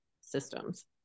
systems